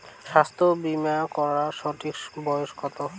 স্বাস্থ্য বীমা করার সঠিক বয়স কত?